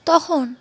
তখন